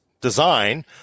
design